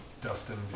Dustin